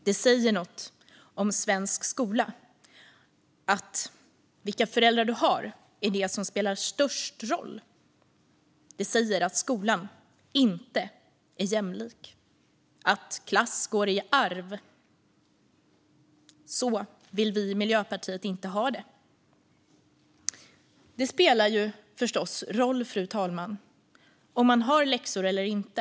Det säger något om svensk skola att det som spelar störst roll är vilka föräldrar du har. Det säger att skolan inte är jämlik och att klass går i arv. Så vill vi i Miljöpartiet inte ha det. Det spelar förstås roll, fru talman, om man har läxor eller inte.